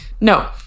No